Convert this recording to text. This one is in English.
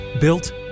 Built